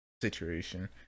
situation